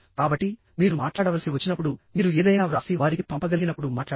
కాబట్టి మీరు మాట్లాడవలసి వచ్చినప్పుడు మీరు ఏదైనా వ్రాసి వారికి పంపగలిగినప్పుడు మాట్లాడతారు